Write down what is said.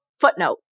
footnote